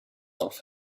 off